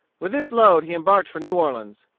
with this load he embarked for new orleans.